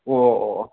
ꯑꯣ ꯑꯣ ꯑꯣ